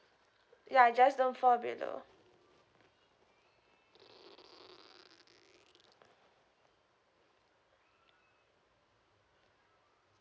ya just don't fall below